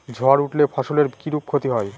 ঝড় উঠলে ফসলের কিরূপ ক্ষতি হয়?